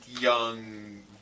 young